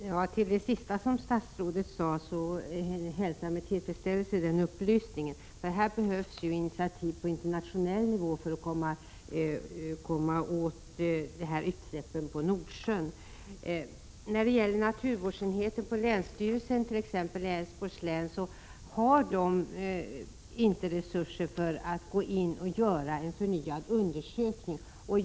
Herr talman! Den upplysning som statsrådet nu senast gav hälsar jag med tillfredsställelse. Här behövs ju initiativ på internationell nivå om vi skall komma åt utsläppen på Nordsjön. Naturvårdsenheterna inom länsstyrelsen, t.ex. i Älvsborgs län, har inte resurser för att göra en förnyad undersökning.